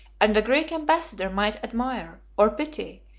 and a greek ambassador might admire, or pity,